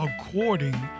according